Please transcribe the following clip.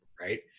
right